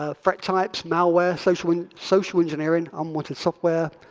ah threat types, malware, social social engineering, unwanted software,